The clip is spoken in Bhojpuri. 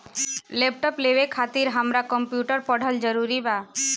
लैपटाप लेवे खातिर हमरा कम्प्युटर पढ़ल जरूरी बा?